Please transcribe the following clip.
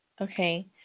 okay